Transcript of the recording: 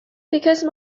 because